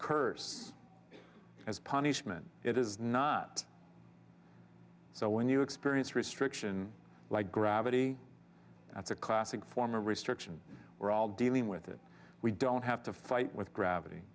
curse as punishment it is not so when you experience restriction like gravity that's a classic form a restriction we're all dealing with it we don't have to fight with gravity